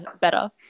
better